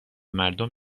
مردم